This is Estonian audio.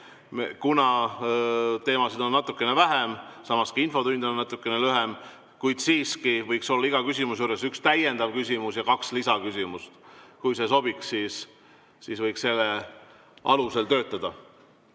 Kuna teemasid on natuke vähem [kui tavaliselt], samas ka infotund on natuke lühem, võiks siiski olla iga küsimuse juures üks täiendav küsimus ja kaks lisaküsimust. Kui see sobib, siis võiksime selle alusel töötada.